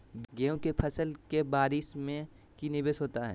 गेंहू के फ़सल के बारिस में की निवेस होता है?